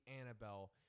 Annabelle